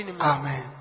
Amen